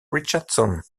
richardson